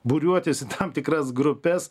būriuotis į tam tikras grupes